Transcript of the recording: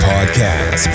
Podcast